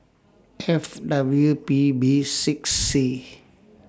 F W P B six C